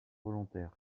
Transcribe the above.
volontaire